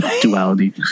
duality